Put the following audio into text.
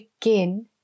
begin